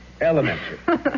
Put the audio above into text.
Elementary